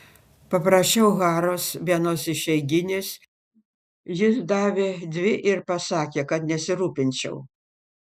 paprašiau haros vienos išeiginės jis davė dvi ir pasakė kad nesirūpinčiau